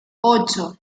ocho